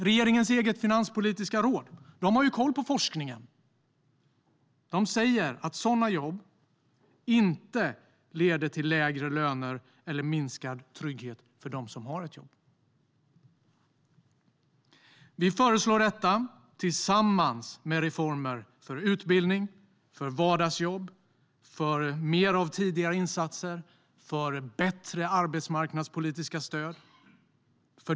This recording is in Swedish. Regeringens eget finanspolitiska råd har koll på forskningen. De säger att sådana jobb inte leder till lägre löner eller minskad trygghet för dem som har ett jobb. Vi föreslår detta tillsammans med reformer för utbildning, för vardagsjobb, för mer av tidigare insatser och för bättre arbetsmarknadspolitiska stöd.